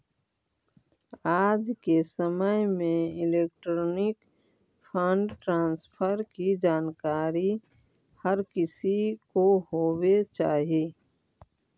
आज के समय में इलेक्ट्रॉनिक फंड ट्रांसफर की जानकारी हर किसी को होवे चाही